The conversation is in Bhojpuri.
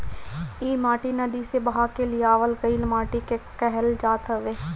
इ माटी नदी से बहा के लियावल गइल माटी के कहल जात हवे